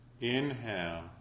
inhale